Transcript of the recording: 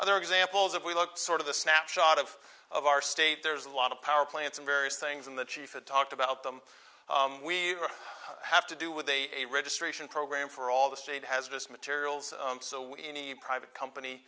other examples of we look sort of the snapshot of of our state there's a lot of power plants and various things in the chief and talked about them we have to do with a a registration program for all the state hazardous materials any private company